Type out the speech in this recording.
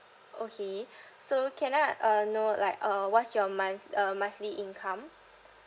okay so can I uh know like uh what's your month uh monthly income